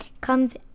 comes